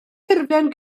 ffurflen